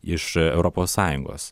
iš europos sąjungos